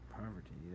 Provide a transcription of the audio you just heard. poverty